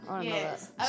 Yes